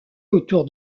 autour